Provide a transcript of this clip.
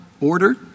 order